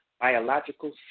biological